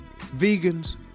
vegans